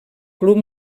club